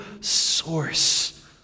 source